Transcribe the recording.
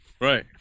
Right